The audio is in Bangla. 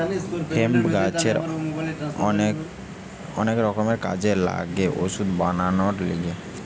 হেম্প গাছের অনেক রকমের কাজে লাগে ওষুধ বানাবার লিগে